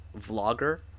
vlogger